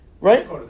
Right